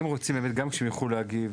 אם רוצים באמת שגם הם יוכלו להגיב,